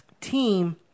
team